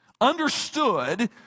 understood